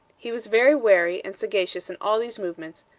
he was very wary and sagacious in all these movements,